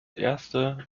erste